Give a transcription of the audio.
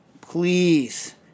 please